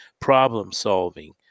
problem-solving